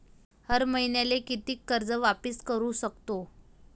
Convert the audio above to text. हर मईन्याले कितीक कर्ज वापिस करू सकतो?